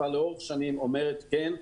כבר לאורך שנים אומרת כן,